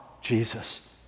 Jesus